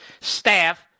staff